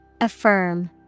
Affirm